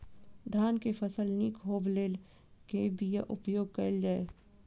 धान केँ फसल निक होब लेल केँ बीया उपयोग कैल जाय?